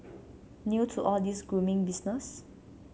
new to all this grooming business